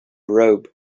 robe